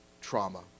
trauma